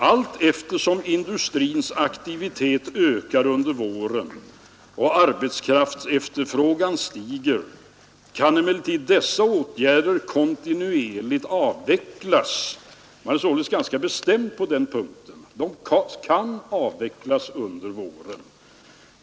”Allteftersom industrins aktivitet ökar under våren och arbetskraftsefterfrågan stiger kan emellertid dessa åtgärder kontinuerligt avvecklas.” Man är således ganska bestämd på den punkten. De kan avvecklas under våren.